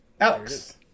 Alex